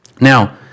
Now